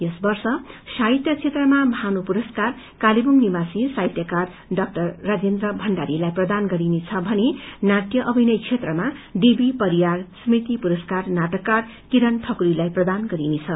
यसवर्ष साहित्य क्षेत्रमा भानु पुरस्कार कालेवुङ निवासी साहित्यकार डाक्टर राजेन्द्र भण्डारीलाई प्रदान गरिनेछ भने नाटय अभिनय क्षेत्रमा डिबी परियार स्मृति पुरस्कार नाटककार किरण ठकुरीलाई प्रदान गरिनेछ